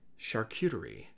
Charcuterie